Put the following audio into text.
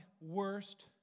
worst